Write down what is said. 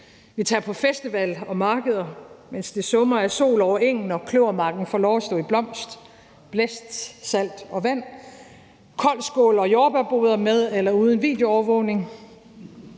Vi tager på festival og markeder, mens det summer af sol over engen, og kløvermarken får lov at stå i blomst. Blæst, salt og vand, koldskål og jordbærboder med eller uden videoovervågning,